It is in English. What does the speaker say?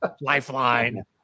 Lifeline